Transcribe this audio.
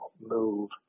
move